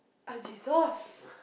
oh Jesus